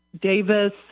Davis